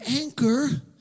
anchor